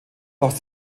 doch